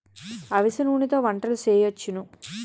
అవిసె నూనెతో వంటలు సేయొచ్చును